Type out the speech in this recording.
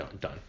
done